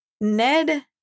Ned